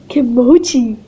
Kimochi